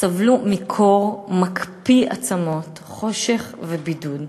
סבלו מקור מקפיא עצמות, מחושך ומבידוד.